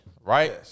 right